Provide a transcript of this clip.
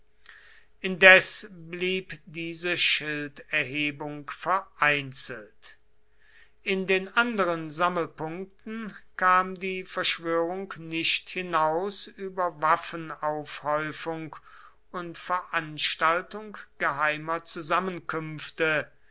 indes blieb diese schilderhebung vereinzelt in den anderen sammelpunkten kam die verschwörung nicht hinaus über waffenaufhäufung und veranstaltung geheimer zusammenkünfte